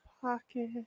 pocket